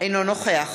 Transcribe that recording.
אינו נוכח